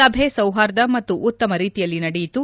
ಸಭೆ ಸೌಹಾರ್ದ ಮತ್ತು ಉತ್ತಮ ರೀತಿಯಲ್ಲಿ ನಡೆಯಿತು